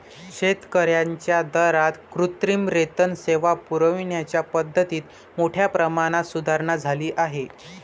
शेतकर्यांच्या दारात कृत्रिम रेतन सेवा पुरविण्याच्या पद्धतीत मोठ्या प्रमाणात सुधारणा झाली आहे